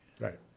Right